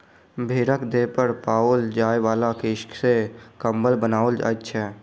भेंड़क देह पर पाओल जाय बला केश सॅ कम्बल बनाओल जाइत छै